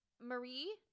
Marie